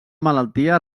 malaltia